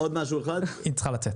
אני אדבר